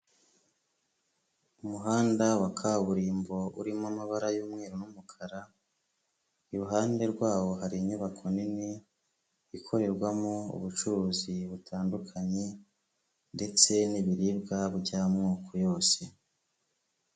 Umuhanda wa kaburimbo urimo amabara y'umweru n'umukara, iruhande rwawo hari inyubako nini, ikorerwamo ubucuruzi butandukanye ndetse n'ibiribwa by'amoko yose.